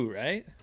right